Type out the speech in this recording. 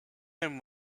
him